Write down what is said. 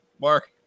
Mark